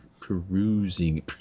Perusing